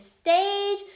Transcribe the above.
stage